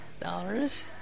Dollars